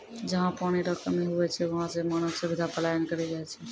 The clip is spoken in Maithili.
जहा पनी रो कमी हुवै छै वहां से मानव सभ्यता पलायन करी जाय छै